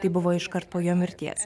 tai buvo iškart po jo mirties